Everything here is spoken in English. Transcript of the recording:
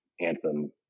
Anthem